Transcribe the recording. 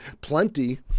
plenty